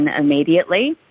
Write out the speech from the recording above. immediately